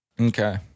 Okay